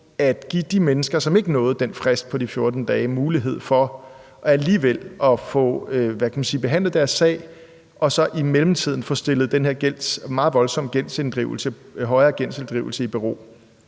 at give de mennesker, som ikke nåede den frist på de 14 dage, mulighed for alligevel at få behandlet deres sag og så i mellemtiden få stillet den meget voldsomme og høje gældsinddrivelse i bero?